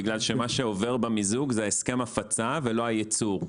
בגלל שמה שעובר במיזוג זה הסכם ההפצה ולא הייצור.